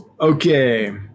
Okay